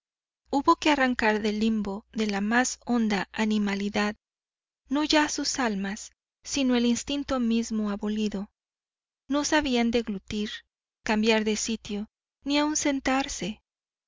hubo que arrancar del limbo de la más honda animalidad no ya sus almas sino el instinto mismo abolido no sabían deglutir cambiar de sitio ni aún sentarse